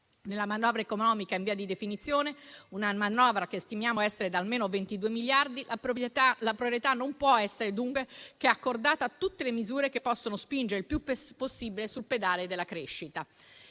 Nella manovra economica in via di definizione, una manovra che stimiamo essere di almeno 22 miliardi, la priorità non può essere dunque che accordata a tutte le misure che possono spingere il più possibile sul pedale della crescita.